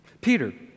Peter